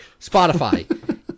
Spotify